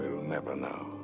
will never know.